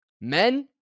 Men